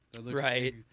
right